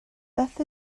beth